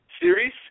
series